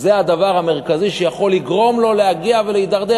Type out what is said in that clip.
זה הדבר המרכזי שיכול לגרום לו להגיע ולהידרדר